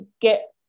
get